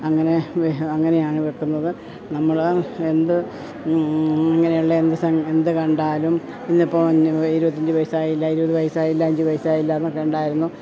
അങ്ങനെ അങ്ങനെയാണ് വെക്കുന്നത് നമ്മൾ എന്ത് ഇങ്ങനെയുള്ള എന്ത് എന്തു കണ്ടാലും ഇന്നിപ്പോൾ ഇരുപത്തഞ്ച് പൈസയില്ല ഇരുപത് വയസ്സായില്ല അഞ്ച് പൈസയില്ലാ അന്നൊക്കെ ഉണ്ടായിരുന്നു